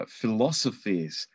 philosophies